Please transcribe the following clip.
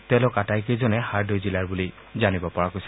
তেওঁলোক আটাইকেইজনে হাৰ্দৈ জিলাৰ বুলি জানিব পৰা গৈছে